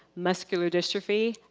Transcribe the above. muscular dystrophy,